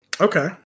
Okay